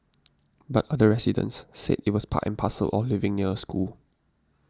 but other residents said it was part and parcel of living near a school